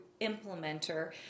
implementer